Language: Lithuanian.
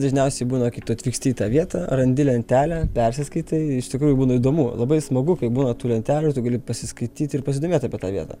dažniausiai būna kai tu atvyksti į tą vietą randi lentelę persiskaitai iš tikrųjų būna įdomu labai smagu kai būna tų lentelių ir tu gali pasiskaityt ir pasidomėt apie tą vietą